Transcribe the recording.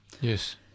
Yes